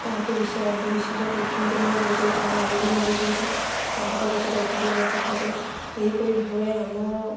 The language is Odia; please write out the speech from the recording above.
ତାଙ୍କୁ ବିଶ ଅନ୍ଧବିଶ୍ୱାସ କରୁଛନ୍ତି ବୋଲି ବହୁତ ଲୋକମାନେ ଏବେ ବି ମରୁଛନ୍ତି ତାଙ୍କ ପାଖକୁ ଯାଇକି ଗୁଣିଆ ପାଖକୁ ଏହିପରି ଭାବରେ ଆମ